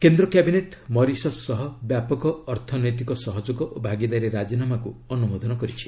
କେନ୍ଦ୍ର cabinet Mauritius ସହ ବ୍ୟାପକ ଅର୍ଥନୈତିକ ସହଯୋଗ ଓ ଭାଗିଦାରୀ ରାଜିନାମାକୁ ଅନୁମୋଦନ କରିଛି